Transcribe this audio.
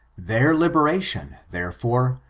their liberation, therefore,